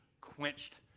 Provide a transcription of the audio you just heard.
quenched